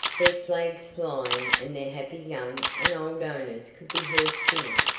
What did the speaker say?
their flags flying and their happy young and old owners could be heard singing,